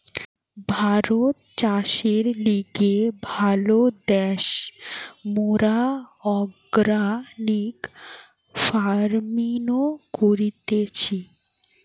ভারত চাষের লিগে ভালো দ্যাশ, মোরা অর্গানিক ফার্মিনো করতেছি